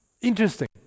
Interesting